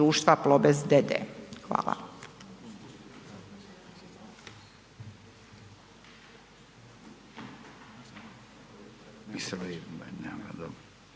hvala.